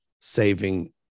saving